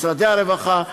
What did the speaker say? משרד הרווחה,